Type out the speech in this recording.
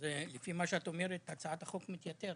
לפי מה שאת אומרת, הצעת החוק מתייתרת.